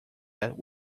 that